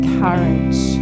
courage